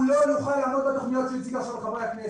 הוא לא יוכל לעמוד בתוכניות שהוא הציג עכשיו לחברי הכנסת.